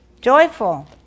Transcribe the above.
Joyful